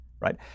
right